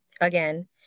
again